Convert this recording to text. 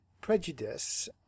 prejudice